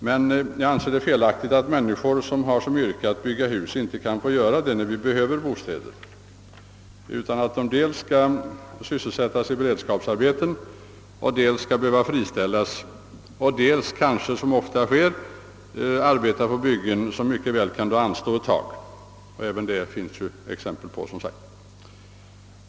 Men jag anser det felaktigt att människor som har till yrke att bygga hus inte skall få göra det, när vi behöver bostäder, utan dels skall sysselsättas i beredskapsarbeten och dels friställas — eller, som ofta sker, arbeta på byggen som mycket väl kan anstå ett tag. Att så skett finns det som känt exempel på.